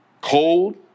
Cold